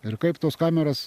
ir kaip tos kameros